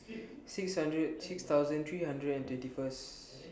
six hundred six thousand three hundred and twenty First